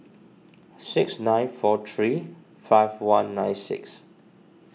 six nine four three five one nine six